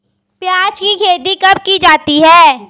प्याज़ की खेती कब की जाती है?